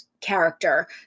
character